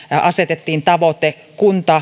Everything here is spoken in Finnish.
asetettiin tavoite